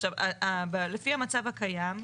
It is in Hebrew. עכשיו, לפי המצב הקיים,